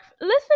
listen